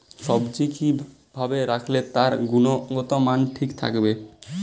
সবজি কি ভাবে রাখলে তার গুনগতমান ঠিক থাকবে?